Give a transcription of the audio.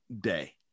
day